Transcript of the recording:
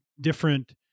Different